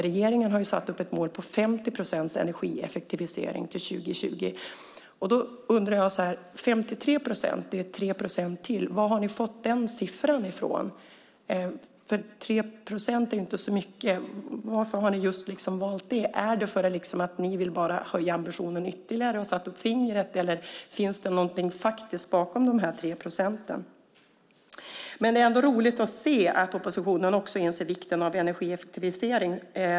Regeringen har ju satt upp ett mål på 50 procents energieffektivisering till 2020. 53 procent är 3 procent mer, och då undrar jag varifrån ni fått den siffran. 3 procent är ju inte så mycket. Varför har ni valt just det? Är det för att ni bara vill höja ambitionen ytterligare och har satt upp fingret, eller finns det någonting konkret bakom de 3 procenten? Det är roligt att se att oppositionen inser vikten av energieffektivisering.